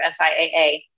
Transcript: SIAA